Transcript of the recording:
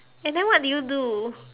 and then what did you do